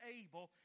able